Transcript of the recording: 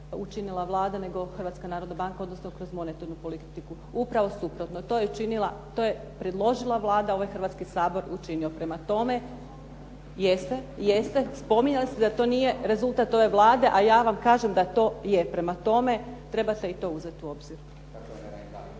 učinila Vlada nego Hrvatska narodna banka, odnosno kroz monetarnu politiku. Upravo suprotno. To je predložila Vlada, ovaj Hrvatski sabor učinio, prema tome… … /Upadica se ne čuje./… Jeste, jeste, spominjali ste da to nije rezultat ove Vlade, a ja vam kažem da to je. Prema tome, treba i to uzeti u obzir.